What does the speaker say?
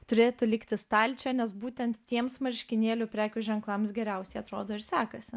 turėtų likti stalčiuj nes būtent tiems marškinėlių prekių ženklams geriausiai atrodo ir sekasi